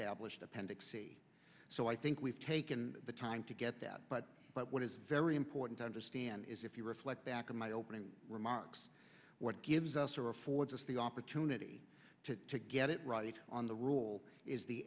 appendix c so i think we've taken the time to get that but but what is very important to understand is if you reflect back on my opening remarks what gives us or affords us the opportunity to get it right on the rule is the